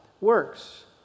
works